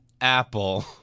apple